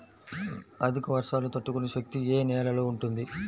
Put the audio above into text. అధిక వర్షాలు తట్టుకునే శక్తి ఏ నేలలో ఉంటుంది?